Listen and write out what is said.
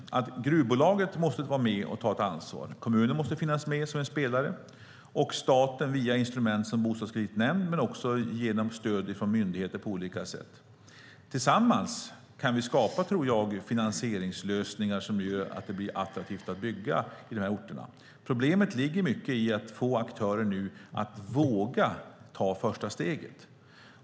Gruvbolaget måste vara med och ta ett ansvar, kommunen måste finnas med som en spelare och staten ska vara med via instrument som Bostadskreditnämnden och genom stöd från myndigheter på olika sätt. Tillsammans kan vi skapa finansieringslösningar som gör att det blir attraktivt att bygga på dessa orter. Problemet nu ligger i att få aktörer att våga ta första steget.